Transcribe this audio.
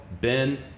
Ben